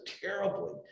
terribly